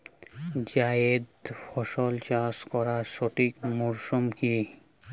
জায়েদ ফসল চাষ করার সঠিক মরশুম কি?